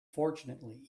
fortunately